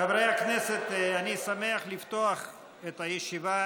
חברי הכנסת, אני שמח לפתוח את הישיבה